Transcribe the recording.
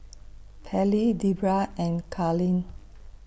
Pairlee Debera and Carlene